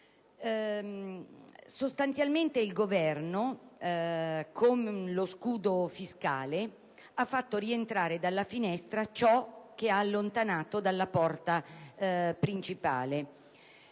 Sostanzialmente il Governo, con lo scudo fiscale, ha fatto rientrare dalla finestra ciò che aveva allontanato dalla porta principale.